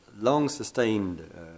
long-sustained